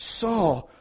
saw